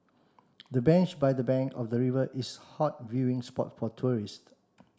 the bench by the bank of the river is a hot viewing spot for tourists